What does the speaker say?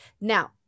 Now